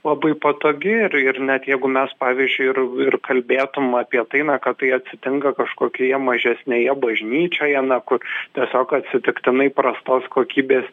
labai patogi ir ir net jeigu mes pavyzdžiui ir ir kalbėtum apie tai na kad tai atsitinka kažkokioje mažesnėje bažnyčioje na kur tiesiog atsitiktinai prastos kokybės